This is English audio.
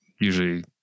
usually